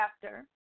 chapter